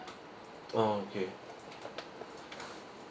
oh okay